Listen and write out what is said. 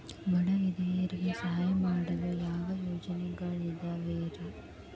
ಬಡ ವಿಧವೆಯರಿಗೆ ಸಹಾಯ ಮಾಡಲು ಯಾವ ಯೋಜನೆಗಳಿದಾವ್ರಿ?